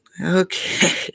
Okay